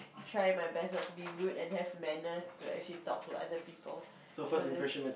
try my best not to be rude and have manners to actually talk to other people so there's